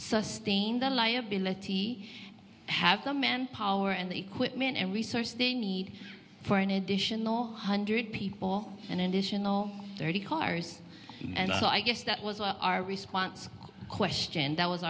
sustain the liability have the manpower and the equipment and resource the need for an additional one hundred people and additional thirty cars so i guess that was our response question that was